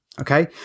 okay